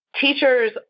teachers